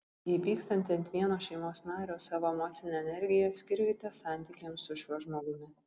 jei pykstate ant vieno šeimos nario savo emocinę energiją skirkite santykiams su šiuo žmogumi